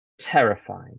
terrifying